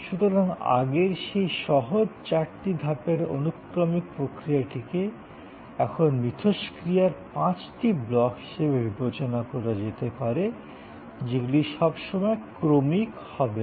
সুতরাং আগের সেই সহজ চারটি ধাপের অনুক্রমিক প্রক্রিয়াটিকে এখন পরস্পরের উপর ক্রিয়ারত পাঁচটি ব্লক হিসাবে বিবেচনা করা যেতে পারে যেগুলি সবসময় ক্রমিক হবে না